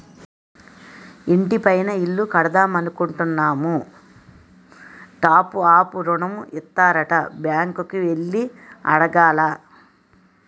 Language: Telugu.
ఇంటి పైన ఇల్లు కడదామనుకుంటున్నాము టాప్ అప్ ఋణం ఇత్తారట బ్యాంకు కి ఎల్లి అడగాల